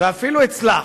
ואפילו הצלחת.